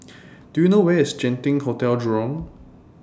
Do YOU know Where IS Genting Hotel Jurong